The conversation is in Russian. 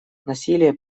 насилие